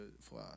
fly